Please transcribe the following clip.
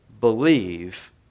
believe